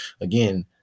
again